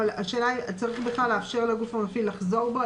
השאלה היא, צריך לאפשר לגוף המפעיל לחזור בו?